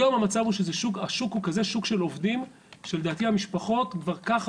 היום המצב הוא שהשוק הוא כזה שוק של עובדים שלדעתי המשפחות כבר גם ככה